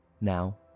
Now